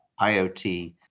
IoT